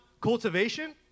cultivation